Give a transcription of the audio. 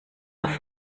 auf